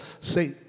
say